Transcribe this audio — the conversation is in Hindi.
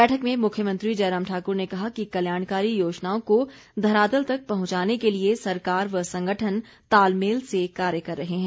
बैठक में मुरव्यमंत्री जयराम ठाक्र ने कहा कि कल्याणकारी योजनाओं को धरातल तक पहंचाने के लिए सरकार व संगठन तालमेल से कार्य कर रहे हैं